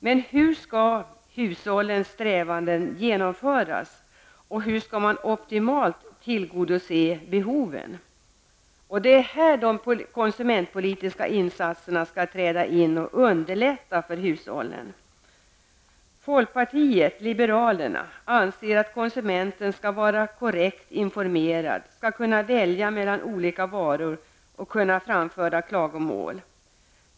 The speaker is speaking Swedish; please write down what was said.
Men hur skall hushållens strävanden tillgodoses, och hur skall man optimalt täcka behoven. Det är i detta sammanhang de konsumentpolitiska insatserna skall träda in och underlätta för hushållen. Folkpartiet liberalerna anser att konsumenten skall vara korrekt informerad, kunna välja mellan olika varor och kunna framföra klagomål.